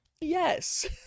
Yes